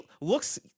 looks